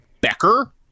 Becker